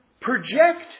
project